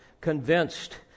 convinced